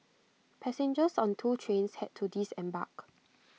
passengers on two trains had to disembark